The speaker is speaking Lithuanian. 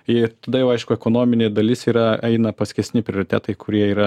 ir tada jau aišku ekonominė dalis yra eina paskesni prioritetai kurie yra